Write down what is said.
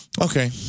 Okay